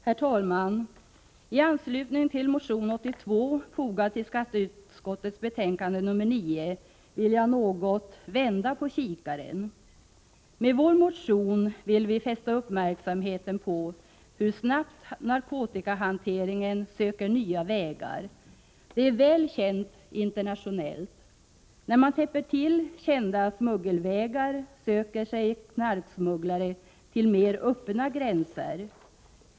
Herr talman! I anslutning till motion 82, som är fogad till skatteutskottets betänkande 9, vill jag något vända på kikaren. Med vår motion vill vi fästa uppmärksamheten på hur snabbt narkotikahanteringen söker nya vägar. Det är väl känt internationellt att när man täpper till kända smuggelvägar söker sig knarksmugglare till mer öppna gränser.